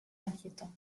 inquiétant